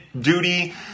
duty